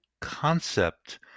concept